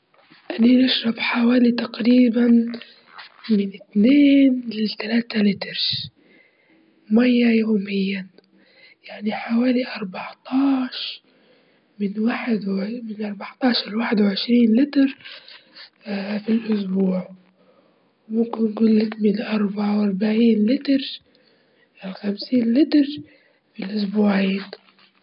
يعني نحب نجرا الكتب ونجرا الكتب بشكل يومي، وعادة نجرا حوالي خمستاشر كتاب في شهرين وفي حياتي تقريبًا قرأت أكتر من ميتين كتاب من اللي بنحب نجراها، نجرا الكتب لإن قراءة الكتب بتغذي العقل.